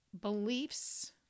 beliefs